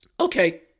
Okay